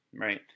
right